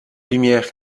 lumière